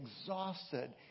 exhausted